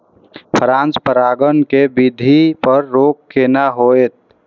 Cross परागण के वृद्धि पर रोक केना होयत?